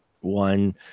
one